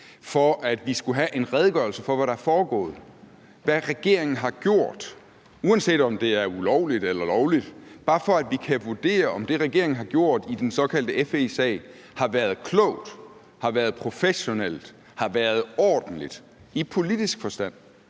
for, at vi skulle have en redegørelse for, hvad der er foregået, og hvad regeringen har gjort, uanset om det er ulovligt eller lovligt, bare for at vi kan vurdere, om det, regeringen har gjort i den såkaldte FE-sag, har været klogt, har været professionelt og har været ordentligt i politisk forstand;